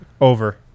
Over